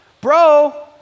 Bro